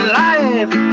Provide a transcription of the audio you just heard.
life